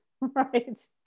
Right